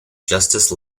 justice